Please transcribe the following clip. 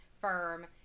firm